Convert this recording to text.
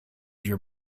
your